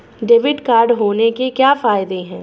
Debit card होने के क्या फायदे हैं?